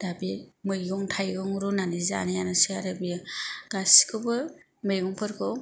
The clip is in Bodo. दा बे मैगं थायगं रुनानै जानायानोसै आरो बेयो गासिखौबो मैगंफोरखौ